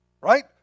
Right